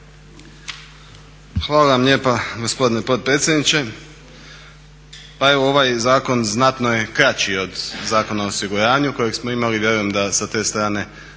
Hvala vam lijepa gospodine potpredsjedniče. Pa evo ovaj zakon znatno je kraći od Zakona o osiguranju kojeg smo imali. Vjerujem da sa te strane